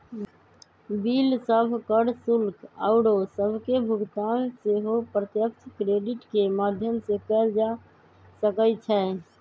bill सभ, कर, शुल्क आउरो सभके भुगतान सेहो प्रत्यक्ष क्रेडिट के माध्यम से कएल जा सकइ छै